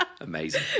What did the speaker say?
amazing